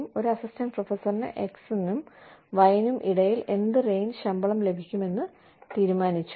ഒരു അസിസ്റ്റന്റ് പ്രൊഫസർന് X നും Y നും ഇടയിൽ എന്ത് റേഞ്ച് ശമ്പളം ലഭിക്കുമെന്ന് തീരുമാനിച്ചു